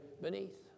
beneath